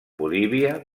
bolívia